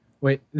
Wait